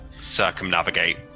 circumnavigate